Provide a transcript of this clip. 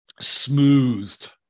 smoothed